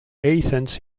athens